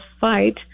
fight